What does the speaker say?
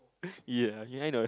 ya ya I know that